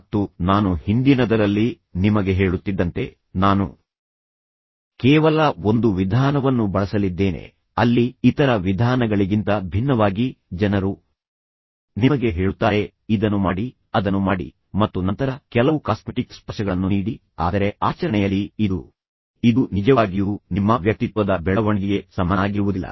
ಮತ್ತು ನಾನು ಹಿಂದಿನದರಲ್ಲಿ ನಿಮಗೆ ಹೇಳುತ್ತಿದ್ದಂತೆ ನಾನು ಕೇವಲ ಒಂದು ವಿಧಾನವನ್ನು ಬಳಸಲಿದ್ದೇನೆ ಅಲ್ಲಿ ಇತರ ವಿಧಾನಗಳಿಗಿಂತ ಭಿನ್ನವಾಗಿ ಜನರು ನಿಮಗೆ ಹೇಳುತ್ತಾರೆ ಇದನ್ನು ಮಾಡಿ ಅದನ್ನು ಮಾಡಿ ಮತ್ತು ನಂತರ ಕೆಲವು ಕಾಸ್ಮೆಟಿಕ್ ಸ್ಪರ್ಶಗಳನ್ನು ನೀಡಿ ಆದರೆ ಆಚರಣೆಯಲ್ಲಿ ಇದು ನಿಜವಾಗಿಯೂ ನಿಮ್ಮ ವ್ಯಕ್ತಿತ್ವದ ಬೆಳವಣಿಗೆಗೆ ಸಮನಾಗಿರುವುದಿಲ್ಲ